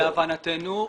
להבנתנו,